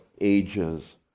Ages